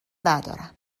ندارم